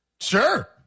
Sure